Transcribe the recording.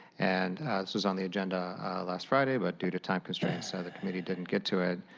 and this is on the agenda last friday, but due to time constraints ah the committee didn't get to it.